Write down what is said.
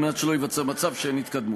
על מנת שלא ייווצר מצב שאין התקדמות.